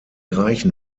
reichen